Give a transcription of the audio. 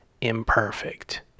imperfect